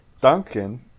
Duncan